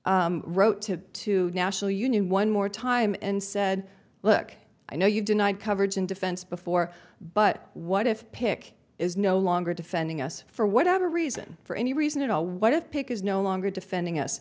attorney wrote to to national union one more time and said look i know you've denied coverage in defense before but what if pick is no longer defending us for whatever reason for any reason at all what if pick is no longer defending us